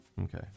Okay